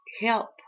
help